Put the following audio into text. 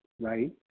right